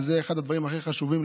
וזה אחד הדברים הכי חשובים,